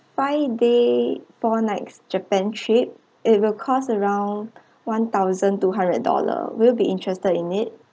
five day four night japan trip it will cost around one thousand two hundred dollar will you be interested in it